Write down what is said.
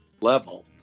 level